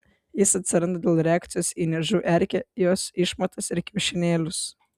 jis atsiranda dėl reakcijos į niežų erkę jos išmatas ir kiaušinėlius